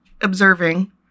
observing